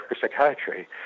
psychiatry